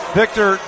victor